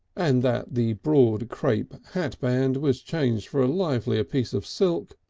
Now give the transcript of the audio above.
and that the broad crape hat-band was changed for a livelier piece of silk,